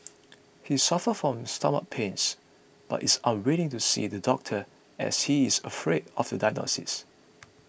he suffer from stomach pains but is unwilling to see the doctor as he is afraid of the diagnosis